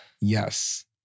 Yes